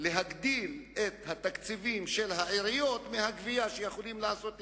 להגדיל את התקציבים של העיריות מהגבייה שיכולים לעשות אצלם.